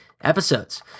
episodes